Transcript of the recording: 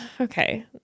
okay